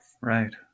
Right